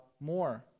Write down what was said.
more